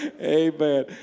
Amen